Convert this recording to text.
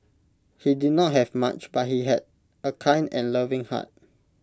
he did not have much but he had A kind and loving heart